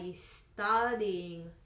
studying